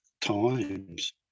times